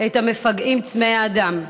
את המפגעים צמאי הדם.